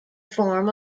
form